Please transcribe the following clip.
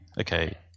okay